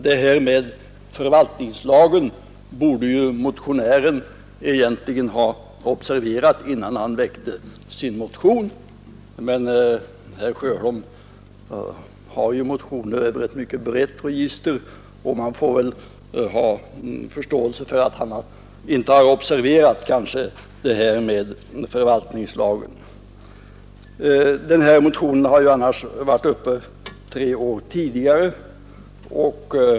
Detta med förvaltningslagen borde motionären egentligen ha observerat, innan han väckte sin motion, men herr Sjöholm har ju motioner över ett mycket brett register, och man får väl ha förståelse för att han inte observerat detta. Denna motion har varit uppe under tre år tidigare.